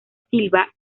silva